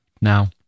Now